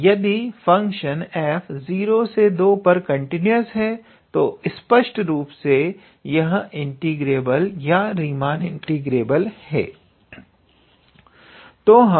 और यदि function f 02 पर कंटिन्यूस है तो स्पष्ट रूप से यह इंटीग्रेबल या रीमान इंटीग्रेबल है